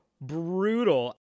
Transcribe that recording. brutal